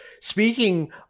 speaking